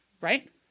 right